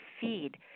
feed